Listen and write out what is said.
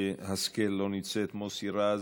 השכל, לא נמצאת, מוסי רז,